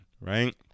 right